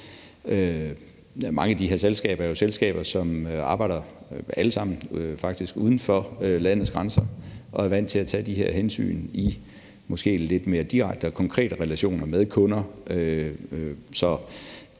Mange af de her selskaber er jo selskaber, som – alle sammen, faktisk – arbejder uden for landets grænser og er vant til at tage de her hensyn i måske lidt mere direkte og konkrete relationer med kunder.